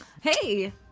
Hey